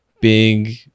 big